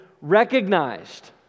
recognized